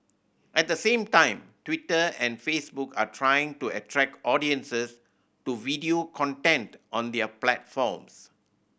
at the same time Twitter and Facebook are trying to attract audiences to video content on their platforms